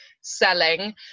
selling